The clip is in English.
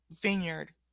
vineyard